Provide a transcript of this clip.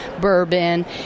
bourbon